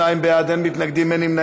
מס' 13) (סיום פעילות המשקמים והמינהלה